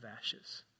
ashes